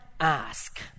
ask